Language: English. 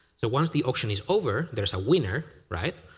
so once the auction is over, there's a winner. right?